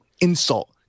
insult